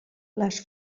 les